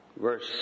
Verse